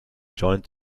joined